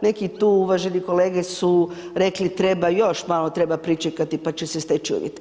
Neki tu uvaženi kolege su rekli treba još, malo treba pričekati, pa će se steći uvjeti.